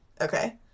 Okay